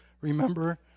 remember